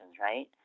right